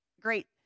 Great